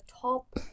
top